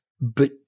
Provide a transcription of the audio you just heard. but-